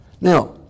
Now